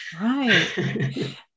Right